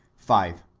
five.